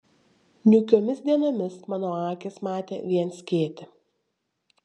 niūkiomis dienomis mano akys matė vien skėtį